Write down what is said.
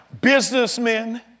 businessmen